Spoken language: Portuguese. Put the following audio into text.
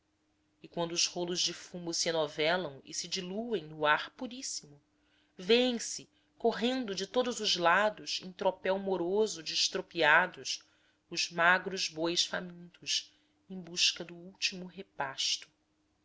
e quando os rolos de fumo se enovelam e se diluem no ar puríssimo vêem-se correndo de todos os lados em tropel moroso de estropiados os magros bois famintos em busca do último repasto